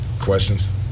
Questions